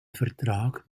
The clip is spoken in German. vertrag